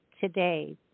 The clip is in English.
today